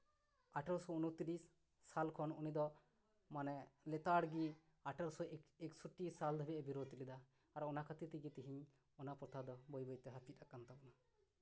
ᱟᱴᱷᱟᱨᱚ ᱩᱱᱚᱛᱤᱨᱤᱥ ᱥᱟᱞ ᱠᱷᱚᱱ ᱩᱱᱤ ᱫᱚ ᱢᱟᱱᱮ ᱞᱮᱛᱟᱲᱜᱮ ᱟᱴᱷᱟᱨᱳᱥᱚ ᱮᱠᱥᱚᱴᱴᱤ ᱥᱟᱞ ᱫᱷᱟᱹᱵᱤᱡ ᱮ ᱵᱤᱨᱳᱫ ᱞᱮᱫᱟ ᱟᱨ ᱚᱱᱟ ᱠᱷᱟᱹᱛᱤᱨ ᱛᱮᱜᱮ ᱛᱤᱦᱤᱧ ᱚᱱᱟ ᱯᱨᱚᱛᱷᱟ ᱫᱚ ᱵᱟᱹᱭ ᱵᱟᱹᱭ ᱛᱮ ᱦᱟᱹᱯᱤᱫ ᱟᱠᱟᱱ ᱛᱟᱵᱚᱱᱟ